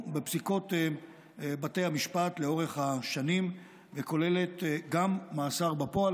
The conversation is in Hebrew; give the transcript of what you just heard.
בפסיקות בתי המשפט לאורך השנים וכוללת גם מאסר בפועל.